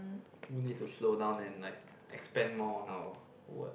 you need to slow down and like expand more on our word